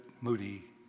Moody